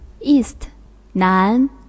east,南